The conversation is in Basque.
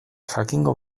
jakingo